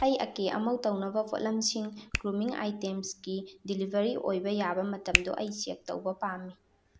ꯑꯩ ꯑꯀꯦ ꯑꯃꯧ ꯇꯧꯅꯕ ꯄꯣꯠꯂꯝꯁꯤꯡ ꯒ꯭ꯔꯨꯃꯤꯡ ꯑꯥꯏꯇꯦꯝꯁꯀꯤ ꯗꯤꯂꯤꯚꯔꯤ ꯑꯣꯏꯕ ꯌꯥꯕ ꯃꯇꯝꯗꯨ ꯑꯩ ꯆꯦꯛ ꯇꯧꯕ ꯄꯥꯝꯃꯤ